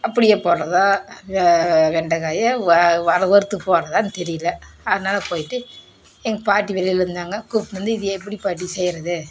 அப்படியே போடுகிறதா வெண்டைக்காய வா வற வறுத்து போடுகிறதான்னு தெரியல அதனால் போய்விட்டு எங்கள் பாட்டி வெளியில் இருந்தாங்க கூப்பிட்டு வந்து இது எப்படி பாட்டி செய்கிறது